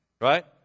right